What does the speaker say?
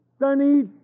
Danny